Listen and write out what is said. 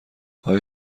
آیا